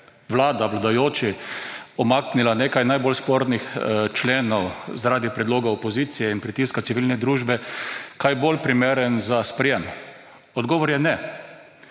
vlada, vladajoči umaknila nekaj najbolj spornih členov zaradi predlogov opozicije in pritiska civilne družbe, kaj bolj primeren za sprejem? Odgovor je, ne.